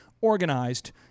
organized